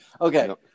okay